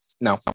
No